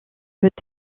peut